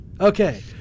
Okay